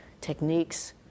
techniques